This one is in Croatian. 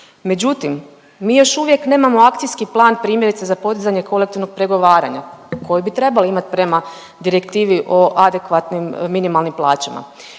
Međutim, mi još uvijek nemamo akcijski plan primjerice za podizanje kolektivnog pregovaranja koje bi trebali imati prema direktivi o adekvatnim minimalnim plaćama.